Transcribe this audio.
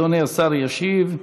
אדוני השר ישיב.